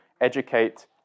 educate